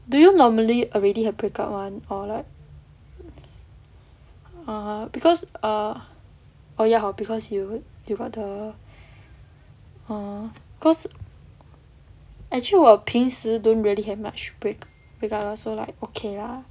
do you normally already have break out [one] or like err because err oh ya hor because you you got the err cause actually 我平时 don't really have much break break out so like okay ah